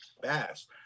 bass